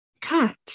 cat